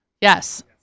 Yes